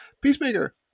Peacemaker